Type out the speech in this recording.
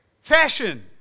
Fashion